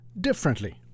differently